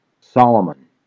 Solomon